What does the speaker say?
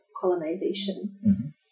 colonization